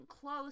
Close